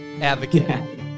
advocate